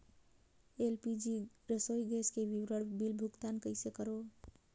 LPG रसोई gas के विवरण बिल भुगतान कइसे करों?